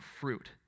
fruit